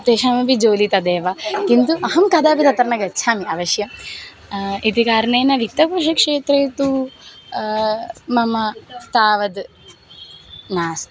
तेषामपि जोलि तदेव किन्तु अहं कदापि तत्र न गच्छामि अवश्यम् इति कारणेन वित्तपोषक्षेत्रे तु मम तावद् नास्ति